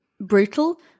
brutal